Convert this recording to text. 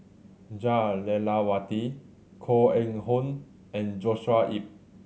Jah Lelawati Koh Eng Hoon and Joshua Ip